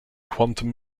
quantum